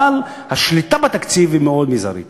אבל השליטה בתקציב היא מאוד מזערית.